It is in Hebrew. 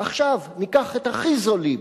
עכשיו ניקח את הכי זולים.